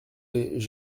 les